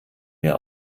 mir